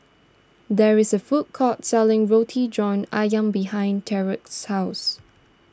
there is a food court selling Roti John Ayam behind Tyrek's house